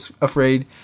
afraid